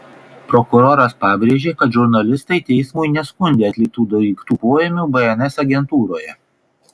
prokuroras pabrėžė kad žurnalistai teismui neskundė atliktų daiktų poėmių bns agentūroje